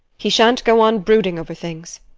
he sha'n't go on brooding over things.